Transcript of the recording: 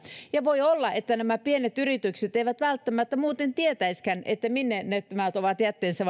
voi olla että nämä pienet yritykset eivät välttämättä muuten tietäisikään minne ne voivat omat jätteensä